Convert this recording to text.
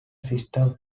system